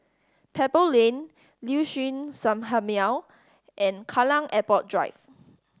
Pebble Lane Liuxun Sanhemiao and Kallang Airport Drive